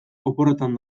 oporretan